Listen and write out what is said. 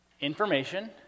Information